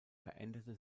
veränderte